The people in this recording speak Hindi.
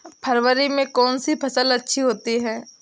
फरवरी में कौन सी फ़सल अच्छी होती है?